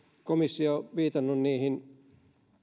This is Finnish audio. komissio viitannut niihin